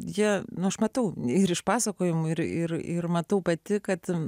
jie nu aš matau ir iš pasakojimų ir ir ir matau pati kad